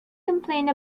complained